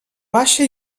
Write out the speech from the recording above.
baixa